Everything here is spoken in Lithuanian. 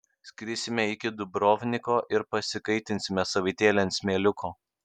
skrisime iki dubrovniko ir pasikaitinsime savaitėlę ant smėliuko